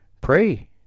Pray